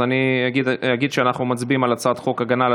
אני אגיד שאנחנו מצביעים על הצעת חוק הגנה על